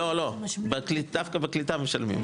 דווקא בקליטה משלמים,